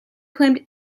claimed